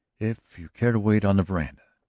if you care to wait on the veranda,